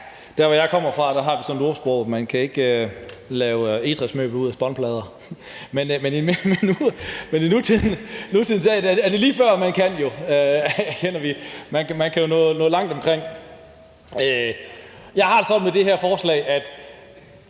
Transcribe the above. Der, hvor jeg kommer fra, har vi sådan et ordsprog, der lyder: Man kan ikke lave egetræsmøbler ud af spånplader. Men i nutiden er det lige før, at man kan. Det erkender vi – man kan jo nå langt omkring. Jeg har det sådan med det her forslag, at